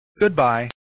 Goodbye